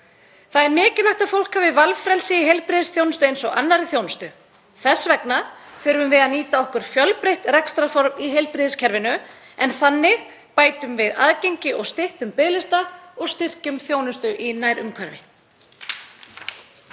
Það er mikilvægt að fólk hafi valfrelsi í heilbrigðisþjónustu eins og annarri þjónustu. Þess vegna þurfum við að nýta okkur fjölbreytt rekstrarform í heilbrigðiskerfinu en þannig bætum við aðgengi og styttum biðlista og styrkjum þjónustu í nærumhverfi.